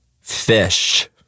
Fish